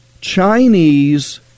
Chinese